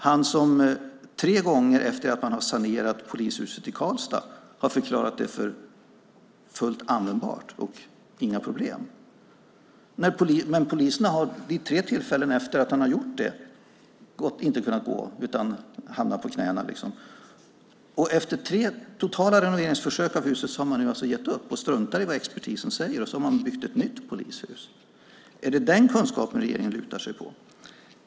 Han har tre gånger efter att man sanerat polishuset i Karlstad förklarat det för fullt användbart och att det inte är några problem. Men poliserna har vid tre tillfällen efter att han har gjort det inte kunnat gå dit utan att hamna på knäna. Efter tre totala försök att renovera huset har man gett upp och struntat i vad expertisen säger, och man har byggt ett nytt polishus. Är det den kunskapen regeringen lutar sig mot?